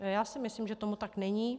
Já si myslím, že tomu tak není.